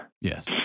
Yes